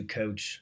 coach